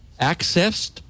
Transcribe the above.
accessed